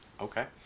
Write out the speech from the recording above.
Okay